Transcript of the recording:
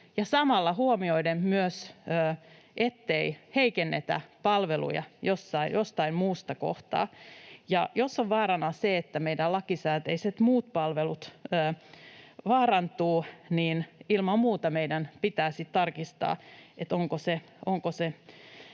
samalla myös sen, ettei heikennetä palveluja jostain muusta kohtaa. Ja jos on vaarana se, että meidän muut lakisääteiset palvelut vaarantuvat, niin ilman muuta meidän pitää sitten tarkistaa, onko se